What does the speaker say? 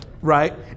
right